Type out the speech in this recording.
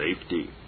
safety